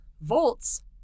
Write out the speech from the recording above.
Volts